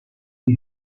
iyi